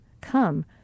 come